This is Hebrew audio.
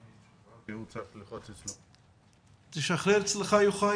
שאני מוכן לסייע לו בכל הרשויות שלא מנצלות את תקציבי משרד התחבורה,